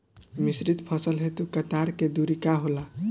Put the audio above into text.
मिश्रित फसल हेतु कतार के दूरी का होला?